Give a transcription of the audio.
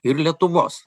ir lietuvos